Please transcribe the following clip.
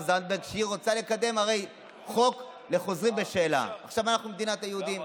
היא מיועדת לכלל הציבורים במדינת ישראל,